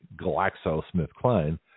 GlaxoSmithKline